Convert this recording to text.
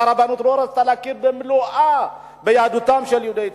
כשהרבנות לא רצתה להכיר ביהדותם במלואה של יהודי אתיופיה.